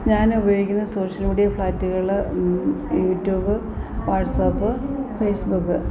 ഞാനുപയോഗിക്കുന്ന social media ഫ്ലാറ്റുകള് YouTube WhatsApp Facebook